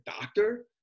doctor